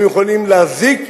הם יכולים להזיק,